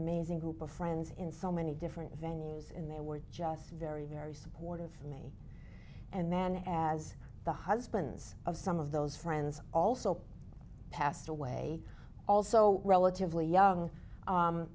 amazing group of friends in so many different venues and they were just very very supportive of me and then as the husbands of some of those friends also passed away also relatively young